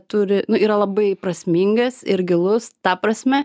turi yra labai prasmingas ir gilus ta prasme